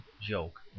joke